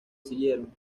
siguieron